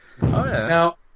Now